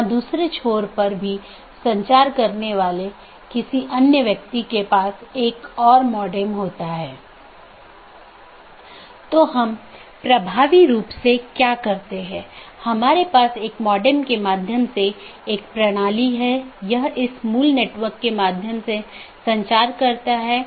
इसलिए EBGP साथियों के मामले में जब हमने कुछ स्लाइड पहले चर्चा की थी कि यह आम तौर पर एक सीधे जुड़े नेटवर्क को साझा करता है